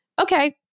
okay